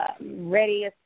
ready